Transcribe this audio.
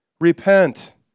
repent